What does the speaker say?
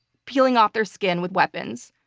peeling off their skin with weapons.